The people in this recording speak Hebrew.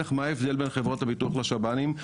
לך מה ההבדל בין חברות הביטוח לשב"נים,